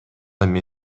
эми